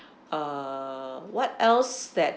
uh what else that